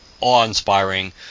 awe-inspiring